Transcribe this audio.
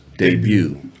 debut